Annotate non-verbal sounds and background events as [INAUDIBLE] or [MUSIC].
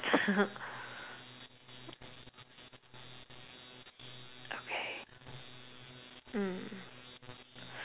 [LAUGHS] mm